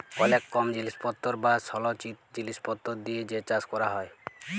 অলেক কম জিলিসপত্তর বা সলচিত জিলিসপত্তর দিয়ে যে চাষ ক্যরা হ্যয়